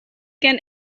can